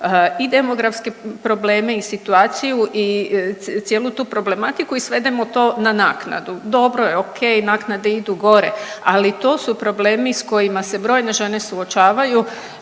i demografske probleme i situaciju i cijelu tu problematiku i svedemo to na naknadu. Dobro je, ok, naknade idu gore, ali to su problemi s kojima se brojne žene suočavaju